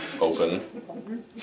open